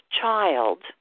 child